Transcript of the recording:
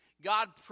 God